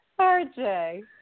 RJ